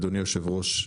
אדוני היושב-ראש,